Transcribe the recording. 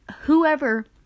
whoever